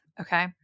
Okay